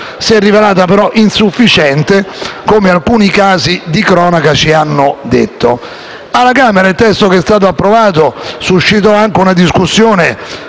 si è rivelata però insufficiente, come alcuni casi di cronaca ci hanno dimostrato. Alla Camera il testo approvato suscitò una discussione